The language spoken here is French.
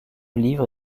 livres